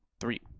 Three